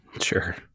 Sure